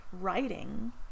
writing